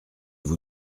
vous